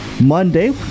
Monday